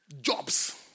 jobs